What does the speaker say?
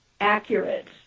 accurate